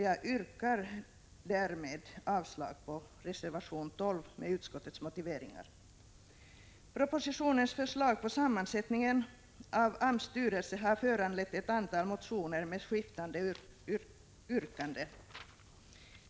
Jag yrkar, med utskottets motiveringar, därmed avslag på reservation 12. Propositionens förslag till sammansättning av AMS styrelse har föranlett ett antal motioner med skiftande yrkanden.